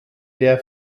der